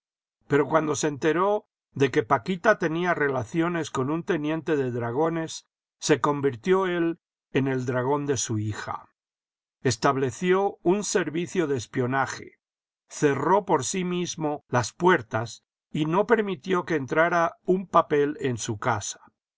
pero cuando se enteró de que paquita tenía relaciones con un teniente de dragones se convirtió él en el dragón de su hija estableció un servicio de espionaje cerró por sí mismo las puertas y no permitió que entrara un papel en su casa